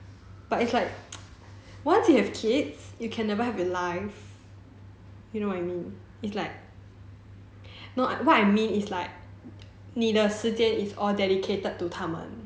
but it's like once you have kids you can never have a life you know what I mean it's like you know what I mean it's like 你的时间 is all dedicated to 他们